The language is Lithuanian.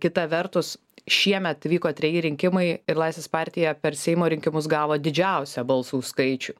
kita vertus šiemet vyko treji rinkimai ir laisvės partija per seimo rinkimus gavo didžiausią balsų skaičių